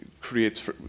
creates